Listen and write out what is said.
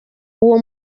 uwo